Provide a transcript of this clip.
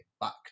back